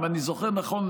אם אני זוכר נכון,